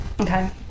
Okay